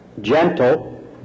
gentle